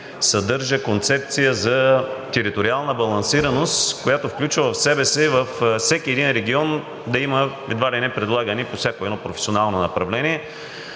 съдържа концепция за териториална балансираност, която включва в себе си във всеки един регион да има едва ли не предлагане по всяко едно професионално направление.